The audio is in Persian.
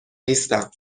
نیستم